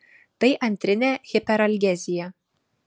tai antrinė hiperalgezija